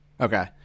Okay